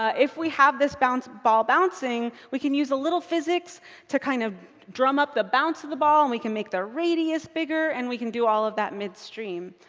ah if we have this ball bouncing, we can use a little physics to kind of drum up the bounce of the ball, and we can make the radius bigger, and we can do all of that midstream.